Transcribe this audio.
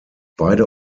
beide